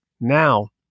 Now